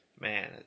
man